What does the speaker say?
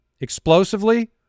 explosively